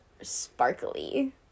sparkly